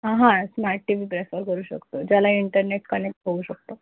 हां smart T V prefer करू शकतो ज्याला इंटरनेट कनेक्ट होऊ शकतो